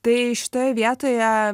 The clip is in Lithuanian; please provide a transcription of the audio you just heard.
tai šitoje vietoje